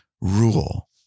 rule